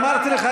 אמרתי לך,